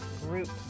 Group